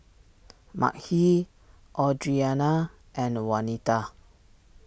Makhi Audrianna and Wanita